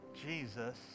Jesus